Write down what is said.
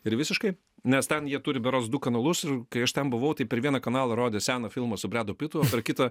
ir visiškai nes ten jie turi berods du kanalus ir kai aš ten buvau taip per vieną kanalą rodė seną filmą su bredu pitu per kitą